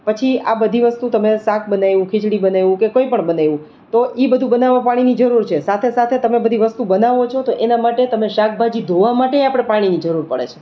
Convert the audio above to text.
પછી આ બધી વસ્તુ તમે શાક બનાવ્યું ખિચડી બનાવ્યું કે કોઇપણ બનાવ્યું તો એ બધુ બનાવવા પાણીની જરૂર છે સાથે સાથે તમે બધી વસ્તુ બનાવો છો તો એના માટે તમે શાકભાજી ધોવા માટેય પાણી માટે જરૂર પડે છે